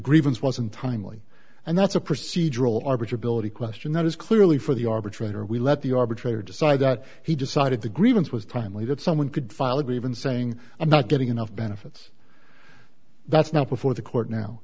grievance wasn't timely and that's a procedural arbiter ability question that is clearly for the arbitrator we let the arbitrator decide that he decided the grievance was timely that someone could file a grievance saying i'm not getting enough benefits that's not before the court now